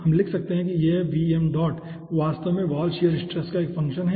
हम लिख सकते हैं कि यह वास्तव में वॉल शीयर स्ट्रेस का एक फंक्शन है